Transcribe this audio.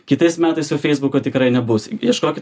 kitais metais jau feisbuko tikrai nebus ieškokit